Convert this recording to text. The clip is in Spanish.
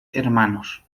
hermanos